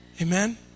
Amen